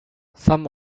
some